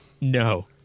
No